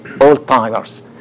old-timers